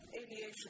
aviation